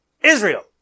Israel